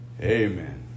Amen